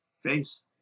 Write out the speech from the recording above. face